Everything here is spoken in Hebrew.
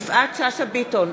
יפעת שאשא ביטון,